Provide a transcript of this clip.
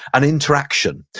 and interaction.